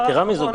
יתרה מזאת.